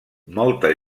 molta